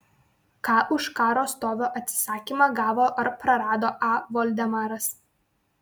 ką už karo stovio atsisakymą gavo ar prarado a voldemaras